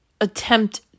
attempt